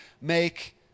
make